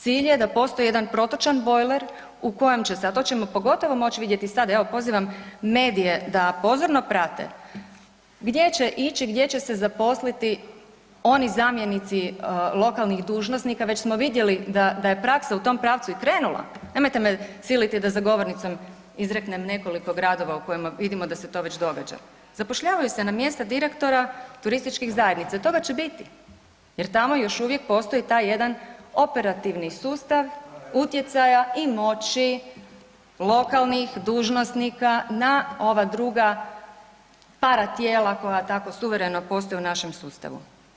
Cilj je da postoji jedan protočan bojler u kojem će sad, a to ćemo pogotovo moć vidjet sad, evo pozivam medije da pozorno prate gdje će ići, gdje će se zaposliti oni zamjenici lokalnih dužnosnika, već smo vidjeli da, da je praksa u tom pravcu i krenula, nemojte me siliti da za govornicom izreknem nekoliko gradova u kojima vidimo da se to već događa, zapošljavaju se na mjesta direktora turističkih zajednica i toga će biti jer tamo još uvijek postoji taj jedan operativni sustav utjecaja i moći lokalnih dužnosnika na ova druga para tijela koja tako suvereno postoje u našem sustavu.